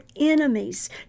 enemies